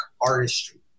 artistry